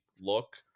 look